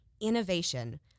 innovation